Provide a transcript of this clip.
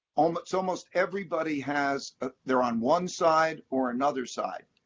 um but so almost everybody has ah they're on one side or another side.